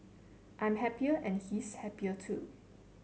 I'm happier and he's happier too